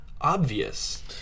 obvious